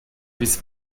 this